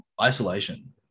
Isolation